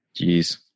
Jeez